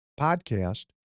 podcast